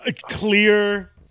clear